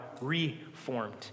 reformed